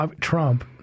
Trump